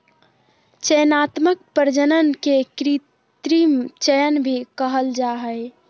चयनात्मक प्रजनन के कृत्रिम चयन भी कहल जा हइ